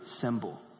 symbol